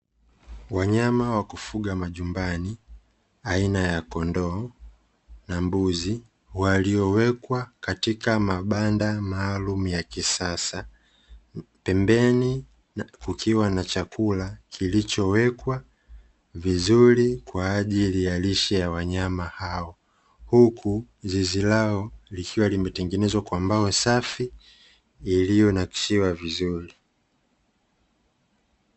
Wanyama wa kufuga majumbani aina ya kondoo na mbuzi waliowekwa katika mabanda maalumu ya kisasa, pembeni kukiwa na chakula kilichowekwa vizuri kwa ajili ya lishe ya wanyama hao. Huku zizi lao likiwa limetengenezwa kwa mbao safi iliyonakshiwa vizuri.